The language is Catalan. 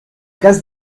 cas